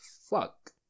fuck